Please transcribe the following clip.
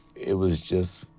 it was just.